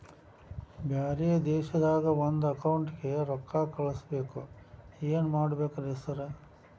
ಬ್ಯಾರೆ ದೇಶದಾಗ ಒಂದ್ ಅಕೌಂಟ್ ಗೆ ರೊಕ್ಕಾ ಕಳ್ಸ್ ಬೇಕು ಏನ್ ಮಾಡ್ಬೇಕ್ರಿ ಸರ್?